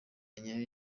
nyayo